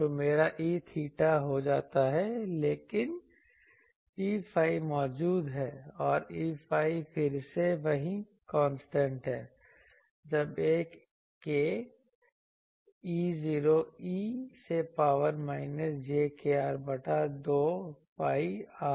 तो मेरा E𝚹 0 हो जाता है लेकिन Eϕ मौजूद है और Eϕ फिर से वही कंस्ट्रेंट है j ab k E0 e से पॉवर माइनस j kr बटा 2 pi r